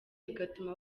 bigatuma